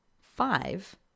five